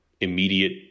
immediate